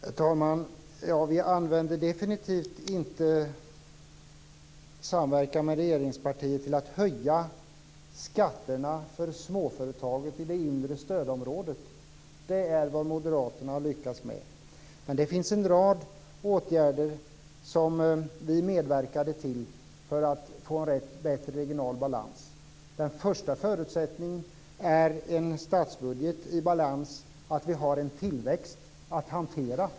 Herr talman! Vi använde definitivt inte samverkan med regeringspartiet till att höja skatterna för småföretagen i det inre stödområdet. Det är vad moderaterna har lyckats med. Det finns en rad åtgärder som vi medverkade till för att få en bättre regional balans. Den första förutsättningen är en statsbudget i balans och en tillväxt att hantera.